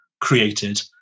created